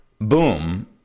boom